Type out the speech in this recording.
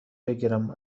بگیرم